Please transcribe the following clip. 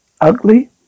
ugly